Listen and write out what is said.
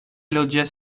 loĝas